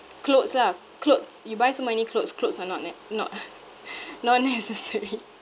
clothes lah clothes you buy so many clothes clothes are not nec~ not not necessary